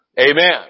Amen